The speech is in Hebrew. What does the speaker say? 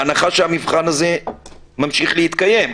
בהנחה שהמבחן הזה ממשיך להתקיים,